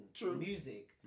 music